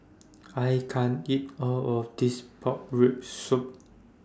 I can't eat All of This Pork Rib Soup